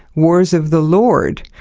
wars of the lord,